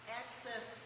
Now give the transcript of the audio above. access